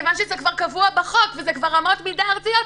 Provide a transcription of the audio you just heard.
כיון שזה כבר קבוע בחוק וזה כבר אמות מידה ארציות,